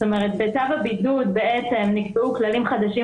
זאת אומרת בצו הבידוד בעצם נקבעו כללים חדשים